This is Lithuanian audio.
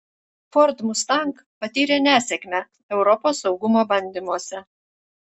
ford mustang patyrė nesėkmę europos saugumo bandymuose